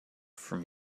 from